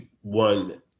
one